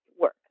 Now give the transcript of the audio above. work